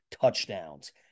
touchdowns